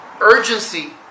urgency